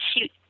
shoot